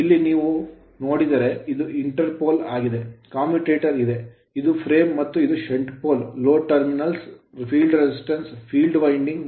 ಇಲ್ಲಿ ನೀವು ಇದನ್ನು ನೋಡಿದರೆ ಇದು ಇಂಟರ್ ಪೋಲ್ ಆಗಿದೆ ಕಮ್ಯೂಟೇಟರ್ ಇದೆ ಇದು ಫ್ರೇಮ್ ಮತ್ತು ಇದು shunt pole shunt pole load terminals load terminal ಗಳು field resistance field rheostat field winding field winding